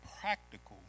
practical